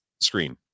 screen